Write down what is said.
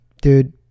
dude